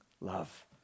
love